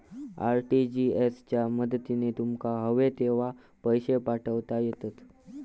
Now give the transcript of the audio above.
RTGS च्या मदतीन तुमका हवे तेव्हा पैशे पाठवता येतत